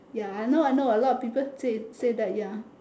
ya I know I know a lot people said said that ya